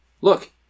look